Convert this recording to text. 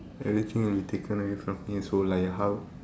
everything will be taken away from me so like how